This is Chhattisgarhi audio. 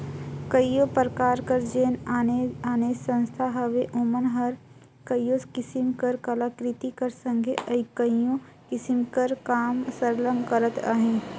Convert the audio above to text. कइयो परकार कर जेन आने आने संस्था हवें ओमन हर कइयो किसिम कर कलाकृति कर संघे कइयो किसिम कर काम सरलग करत अहें